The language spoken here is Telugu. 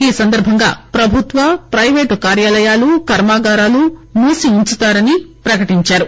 ఈసందర్బంగా ప్రభుత్వ ప్రయిపేటు కార్యాలయాలు కర్మాగారాలు మూసి ఉంచుతారని ప్రకటించారు